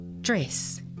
Dress